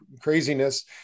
craziness